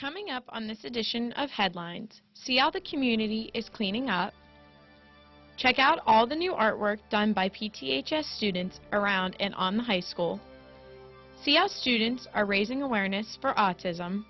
coming up on this edition of headlines see all the community is cleaning up check out all the new artwork done by p t h s students around and on the high school see how students are raising awareness for autism